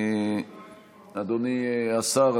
אדוני השר,